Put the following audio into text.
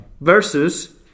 versus